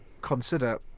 consider